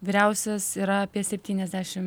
vyriausias yra apie septyniasdešim